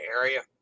area